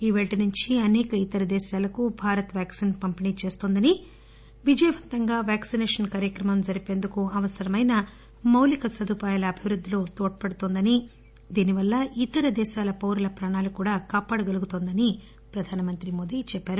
ఈపేల్టి నుంచీ అనేక ఇతర దేశాలకు భారత్ వ్యాక్సిన్ పంపిణీ చేస్తుందని విజయవంతంగా వ్యాక్పినేషన్ కార్యక్రమం జరిపేందుకు అవసరమైన మౌళిక సదుపాయాల అభివృద్దిలో తోడ్పడుతోందని దీనివల్ల ఇతర దేశాల పౌరుల ప్రాణాలు కూడా కాపాడగలుగుతుందని ప్రధానమంత్రి మోదీ చెప్పారు